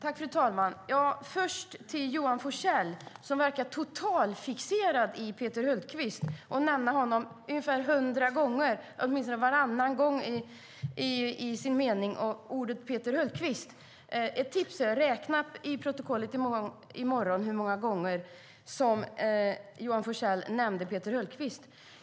Fru talman! Jag ska först vända mig till Johan Forssell, som verkar totalfixerad vid Peter Hultqvist. Han nämner honom ungefär hundra gånger, och i åtminstone varannan mening finns namnet Peter Hultqvist. Ett tips är att räkna i protokollet i morgon hur många gånger som Johan Forssell nämner Peter Hultqvist.